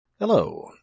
Hello